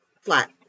Flat